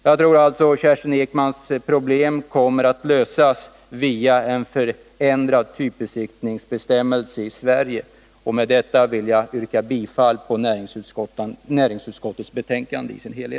Jag tror alltså att Kerstin Ekmans problem kommer att lösas genom en förändring av typbesiktningsbestämmelserna i Sverige. Med detta vill jag yrka bifall till hemställan i dess helhet i näringsutskottets betänkande.